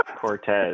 Cortez